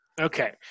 Okay